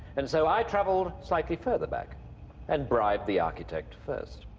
and so i travelled slightly further back and bribed the architect first.